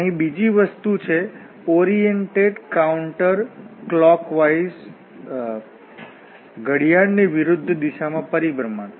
અહીંની બીજી વસ્તુ છે oriented counter clockwise counter clockwise" ઘડિયાળ ની વિરુદ્ધ દિશામાં પરિભ્રમણ